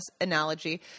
analogy